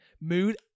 mood